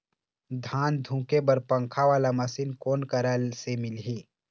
धान धुके बर पंखा वाला मशीन कोन करा से मिलही?